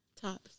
Tops